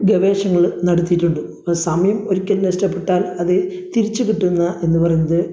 ഗവേഷണങ്ങൾ നടത്തീട്ടുണ്ട് അപ്പം സമയം ഒരിക്കൽ നഷ്ടപ്പെട്ടാൽ അത് തിരിച്ച് കിട്ടുന്നു എന്ന് പറയുന്നത്